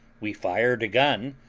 we fired a gun,